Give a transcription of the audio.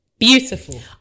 Beautiful